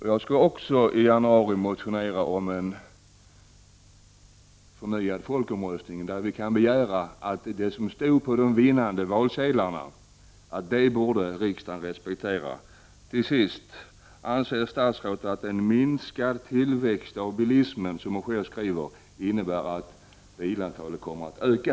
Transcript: I januari skall jag också motionera om en ny folkomröstning, där vi kan begära att det som stod på de vinnande valsedlarna också är något som riksdagen skall respektera. Till sist: Anser statsrådet att minskad tillväxt av bilismen innebär att antalet bilar kommer att öka?